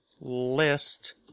List